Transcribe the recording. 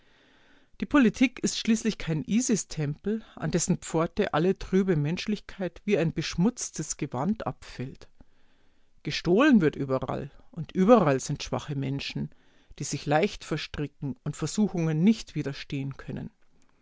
die politik ist schließlich kein isistempel an dessen pforte alle trübe menschlichkeit wie ein beschmutztes gewand abfällt gestohlen wird überall und überall sind schwache menschen die sich leicht verstricken und versuchungen nicht widerstehen können